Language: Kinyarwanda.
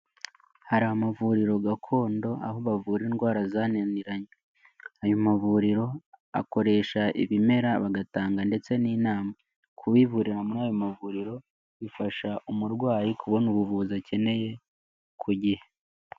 Hari amavuriro gakondo aho bavura indwara zananiranye, ayo mavuriro akoresha ibimera bagatanga ndetse n'inama, kwivurira muri ayo mavuriro, bifasha umurwayi kubona ubuvuzi akeneye ku gihe.